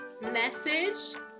message